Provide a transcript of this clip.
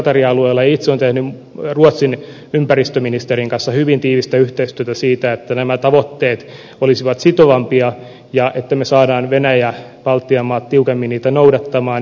itse olen tehnyt ruotsin ympäristöministerin kanssa hyvin tiivistä yhteistyötä siinä että nämä tavoitteet olisivat sitovampia ja että me saamme venäjän ja baltian maat tiukemmin niitä noudattamaan